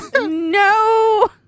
No